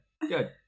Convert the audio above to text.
Good